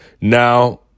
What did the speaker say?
now